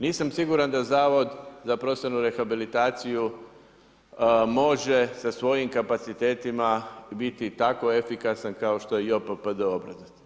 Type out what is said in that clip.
Nisam siguran da Zavod za profesionalnu rehabilitaciju može sa svojim kapacitetima biti tako efikasan kao što je JOPPD obrazac.